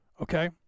Okay